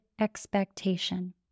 expectation